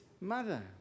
mother